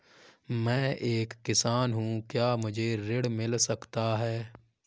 मैं एक किसान हूँ क्या मुझे ऋण मिल सकता है?